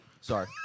Sorry